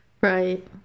Right